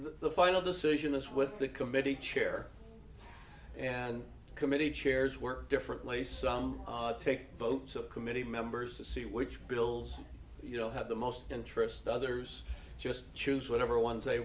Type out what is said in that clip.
the final decision is with the committee chair and committee chairs work differently some take vote to a committee members to see which bills you know have the most interest others just choose whichever ones they